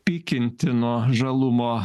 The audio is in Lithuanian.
pykinti nuo žalumo